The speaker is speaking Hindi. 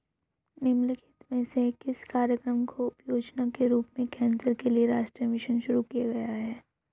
निम्नलिखित में से किस कार्यक्रम को उपयोजना के रूप में कैंसर के लिए राष्ट्रीय मिशन शुरू किया गया है?